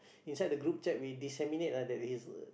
inside the group chat we disseminate ah that he's uh